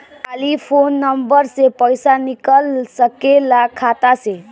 खाली phone number से पईसा निकल सकेला खाता से?